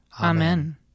Amen